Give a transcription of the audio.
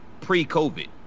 pre-COVID